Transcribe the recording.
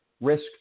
Risk